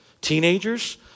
Teenagers